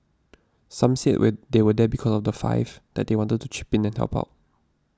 some said were they were there because of the five that they wanted to chip in and help out